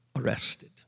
arrested